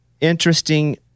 interesting